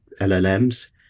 LLMs